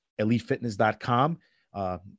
elitefitness.com